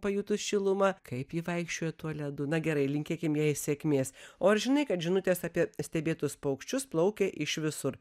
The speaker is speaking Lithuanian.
pajutus šilumą kaip ji vaikščiojo tuo ledu na gerai linkėkim jai sėkmės o ar žinai kad žinutės apie stebėtus paukščius plaukia iš visur